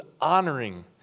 honoring